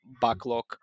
backlog